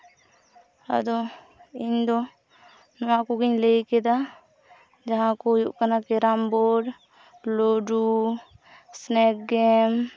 ᱟᱫᱚ ᱤᱧᱫᱚ ᱱᱚᱣᱟ ᱠᱚᱜᱤᱧ ᱞᱟᱹᱭ ᱠᱮᱫᱟ ᱡᱟᱦᱟᱸ ᱠᱚ ᱦᱩᱭᱩᱜ ᱠᱟᱱᱟ ᱠᱮᱨᱟᱢ ᱵᱳᱲ ᱞᱩᱰᱩ ᱥᱱᱮᱠ ᱜᱮᱢ